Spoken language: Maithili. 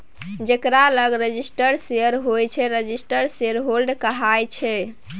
जकरा लग रजिस्टर्ड शेयर होइ छै रजिस्टर्ड शेयरहोल्डर कहाइ छै